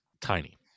tiny